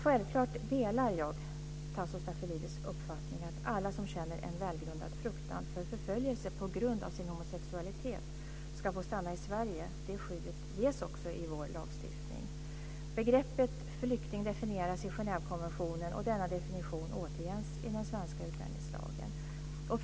Självklart delar jag Tasso Stafilidis uppfattning att alla som känner en välgrundad fruktan för förföljelse på grund av sin homosexualitet ska få stanna i Sverige. Det skyddet ges också i vår lagstiftning. Begreppet flykting definieras i Genèvekonventionen och denna definition återges i den svenska utlänningslagen.